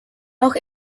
auch